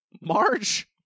Marge